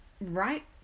right